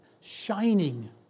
shining